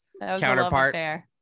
counterpart